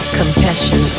compassion